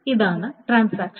ഇതാണ് ട്രാൻസാക്ഷൻ